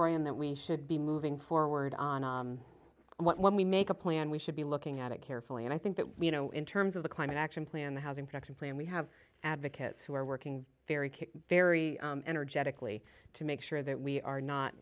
brian that we should be moving forward on what when we make a plan we should be looking at it carefully and i think that you know in terms of the climate action plan the housing protection plan we have advocates who are working very very energetically to make sure that we are not